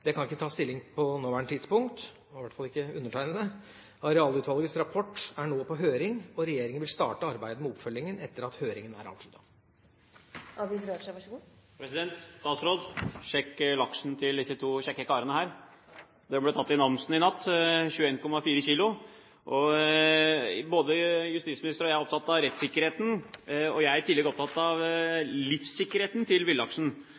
kan jeg ikke ta stilling til på det nåværende tidspunkt – i hvert fall ikke undertegnede. Arealutvalgets rapport er nå på høring, og regjeringen vil starte arbeidet med oppfølgingen etter at høringen er avsluttet. Sjekk laksen til disse to kjekke karene her! Det ble tatt i Namsen i natt – 21,4 kg. Både justisministeren og jeg er opptatt av rettssikkerheten, og jeg er i tillegg opptatt av livssikkerheten til villaksen.